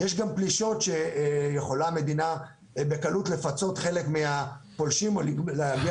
יש גם פלישות שיכולה המדינה בקלות לפצות חלק מהפולשים או להגיע